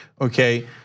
Okay